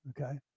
okay